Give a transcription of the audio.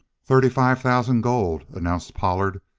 thirty-five thousand gold, announced pollard,